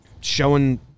showing